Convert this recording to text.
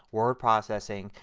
word processing,